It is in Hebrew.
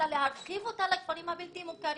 אלא להרחיב אותה לכפרים הבלתי מוכרים,